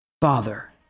Father